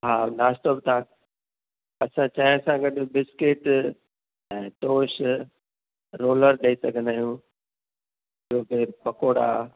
हा नाश्तो बि तव्हां अच्छा चांहि सां गॾु बिस्किट ऐं टोश रोलर ॾेई सघंदा आहियूं ॿियो हीअं पकोड़ा